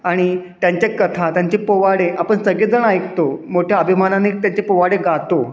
आणि त्यांच्या कथा त्यांचे पोवाडे आपण सगळेजण ऐकतो मोठ्या अभिमानाने त्यांचे पोवाडे गातो